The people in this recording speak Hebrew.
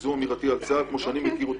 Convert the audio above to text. זו אמירתי על צה"ל כמו שאני מכיר אותו